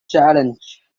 challenge